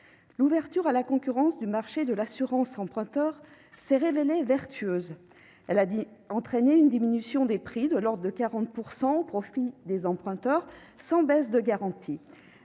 L'ouverture à la concurrence du marché de l'assurance emprunteur s'est révélée vertueuse. Elle a entraîné une diminution des prix de l'ordre de 40 % au profit des emprunteurs, sans baisse de garanties.